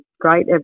great